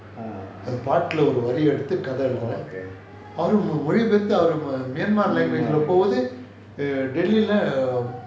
பாட்டுல ஒரு வரி எடுத்து கத எழுதினேன் அவரு மொழி பெயர்த்து:paatula oru vari eduthu kadha ezhuthinaen avaru mozhi paeyarthu myanmar language leh புது:puthu delhi leh